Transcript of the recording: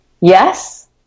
Yes